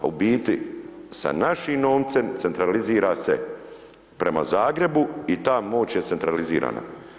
A u biti sa našim novcem centralizira se prema Zagrebu i ta moć je centralizirana.